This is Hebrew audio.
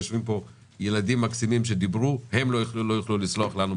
יושבים פה ילדים מקסימים שדיברו הם לא יוכלו לסלוח לנו,